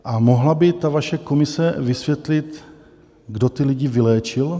A mohla by ta vaše komise vysvětlit, kdo ty lidi vyléčil?